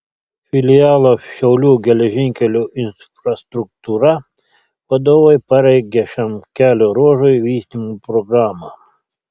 filialo šiaulių geležinkelių infrastruktūra vadovai parengė šiam kelio ruožui vystymo programą